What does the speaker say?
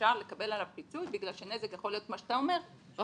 אפשר לקבל עליו פיצוי בגלל שנזק יכול להיות מה שאתה אומר רחוק.